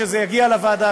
כשזה יגיע לוועדה,